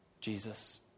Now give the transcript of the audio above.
Jesus